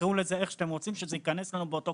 תקראו לזה איך שאתם רוצים אבל שזה ייכנס לנו באותו